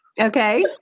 Okay